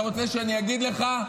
אתה רוצה שאני אגיד לך?